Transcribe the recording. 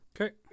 Okay